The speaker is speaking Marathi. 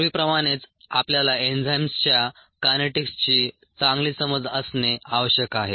पूर्वीप्रमाणेच आपल्याला एन्झाईमसच्या कायनेटिक्सची चांगली समज असणे आवश्यक आहे